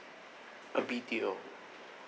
a B_T_O